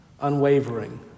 unwavering